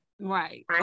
Right